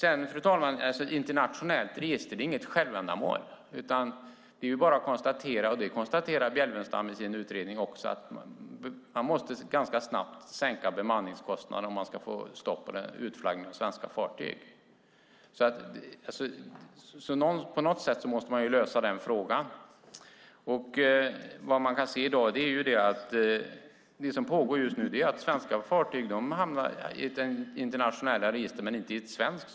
Ett internationellt register är inget självändamål, fru talman, utan det är bara att konstatera - och det konstaterar Bjelfvenstam i sin utredning också - att man ganska snabbt måste sänka bemanningskostnaden om man ska få stopp på utflaggningen av svenska fartyg. På något sätt måste man alltså lösa den frågan. Det man kan se i dag och som pågår just nu är att svenska fartyg hamnar i internationella register men inte i ett svenskt.